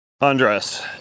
Andres